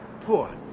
Poor